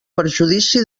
perjudici